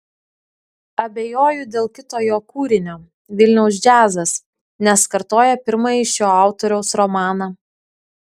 abejoju dėl kito jo kūrinio vilniaus džiazas nes kartoja pirmąjį šio autoriaus romaną